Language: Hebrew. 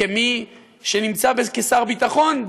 כמי שהוא שר ביטחון,